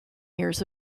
years